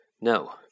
No